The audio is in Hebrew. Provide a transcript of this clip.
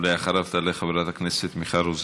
אחריו תעלה חברת הכנסת מיכל רוזין.